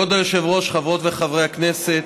כבוד היושב-ראש, חברות וחברי הכנסת,